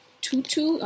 Tutu